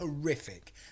horrific